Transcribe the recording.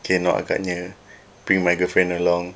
cannot agaknya bring my girlfriend along